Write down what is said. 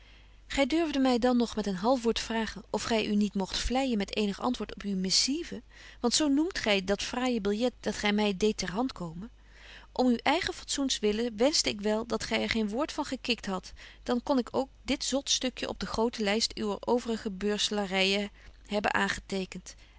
durfde my dan nog met een half woord vragen of gy u niet mogt vleijen met eenig antwoord op uwe missive want zo noemt gy dat fraaije billet dat gy my deedt ter hand komen om uw eigen fatsoens wille wenschte ik wel dat gy er geen woord van gekikt hadt dan kon ik ook dit zot stukje op de grote lyst uwer overige beuslaryen hebben